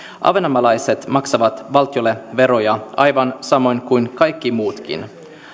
ahvenanmaalaiset maksavat valtiolle veroja aivan samoin kuin kaikki muutkin